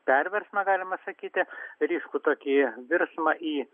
perversmą galima sakyti ryškų tokį virsmą į